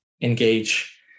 engage